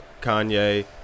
Kanye